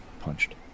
punched